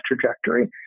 trajectory